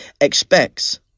expects